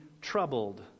troubled